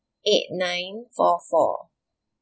eight nine four four